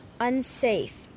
Unsafe